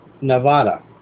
nevada